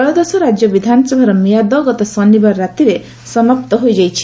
ତ୍ରୟୋଦଶ ରାଜ୍ୟ ବିଧାନସଭାର ମିଆଦ ଗତ ଶନିବାର ରାତିରେ ସମାପ୍ତ ହୋଇଯାଇଛି